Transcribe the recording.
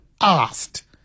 asked